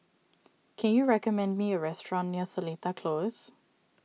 can you recommend me a restaurant near Seletar Close